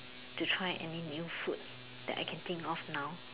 to try any new food that I can think of now